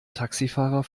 taxifahrer